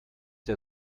der